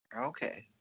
Okay